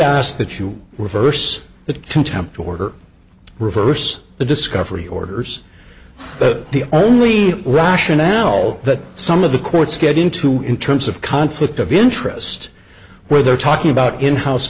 asked that you were first that contempt order reverse the discovery orders but the only rationale that some of the courts get into in terms of conflict of interest where they're talking about in house